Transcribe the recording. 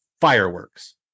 fireworks